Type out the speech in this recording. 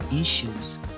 issues